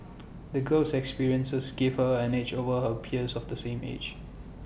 the girl's experiences gave her an edge over her peers of the same age